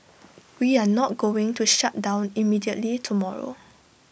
we are not going to shut down immediately tomorrow